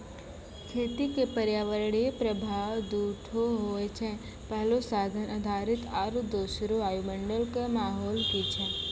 खेती क पर्यावरणीय प्रभाव दू ठो होय छै, पहलो साधन आधारित आरु दोसरो वायुमंडल कॅ माहौल की छै